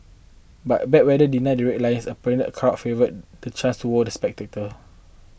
but bad weather denied the Red Lions a perennial crowd favourite the chance to wow the spectator